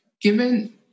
Given